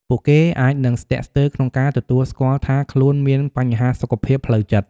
ពួកគេអាចនឹងស្ទាក់ស្ទើរក្នុងការទទួលស្គាល់ថាខ្លួនមានបញ្ហាសុខភាពផ្លូវចិត្ត។